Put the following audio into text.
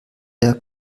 der